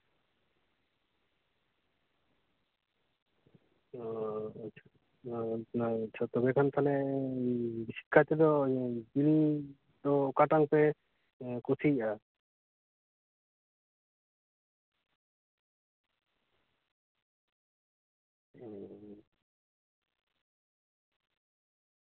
ᱚᱻ ᱟᱪᱪᱷᱟ ᱟᱪᱪᱷᱟ ᱡᱷᱚᱛᱚ ᱜᱮ ᱠᱷᱟᱱ ᱛᱟᱦᱚᱞᱮ ᱮᱥᱠᱟᱨ ᱛᱮᱫᱚ ᱡᱤᱞ ᱫᱚ ᱚᱠᱟᱴᱟᱝ ᱯᱮ ᱠᱩᱥᱤᱭᱟᱜᱼᱟ